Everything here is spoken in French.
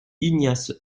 ignace